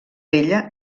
vella